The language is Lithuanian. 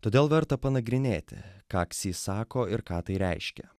todėl verta panagrinėti ką ksi sako ir ką tai reiškia